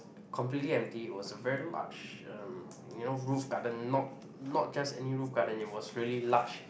completely empty it was a very large um you know roof garden not not just any roof garden it was really large